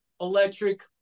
electric